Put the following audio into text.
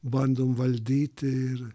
bandom valdyti ir